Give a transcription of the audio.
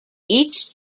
each